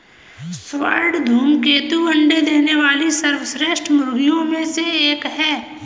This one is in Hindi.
स्वर्ण धूमकेतु अंडे देने वाली सर्वश्रेष्ठ मुर्गियों में एक है